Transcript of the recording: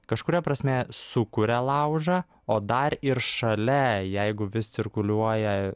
kažkuria prasme sukuria laužą o dar ir šalia jeigu vis cirkuliuoja